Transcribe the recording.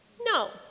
No